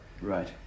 Right